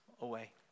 away